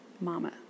mama